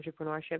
entrepreneurship